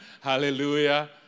Hallelujah